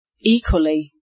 Equally